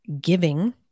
giving